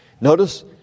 Notice